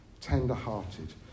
tender-hearted